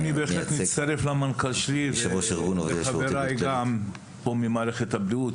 אני בהחלט מצטרף למנכ"ל שלי ולחבריי ממערכת הבריאות.